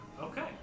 Okay